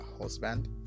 husband